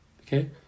okay